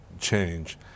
change